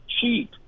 cheap